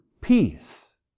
peace